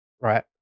Right